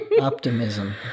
optimism